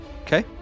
okay